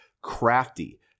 crafty